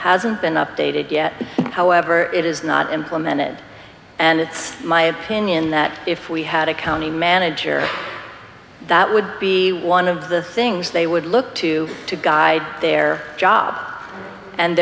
hasn't been updated yet however it is not implemented and it's my opinion that if we had a county manager that would be one of the things they would look to to guide their job and